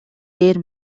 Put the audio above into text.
дээр